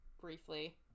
Briefly